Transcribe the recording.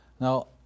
Now